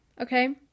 Okay